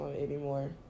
anymore